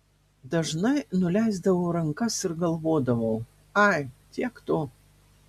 dažnai nuleisdavau rankas ir galvodavau ai tiek to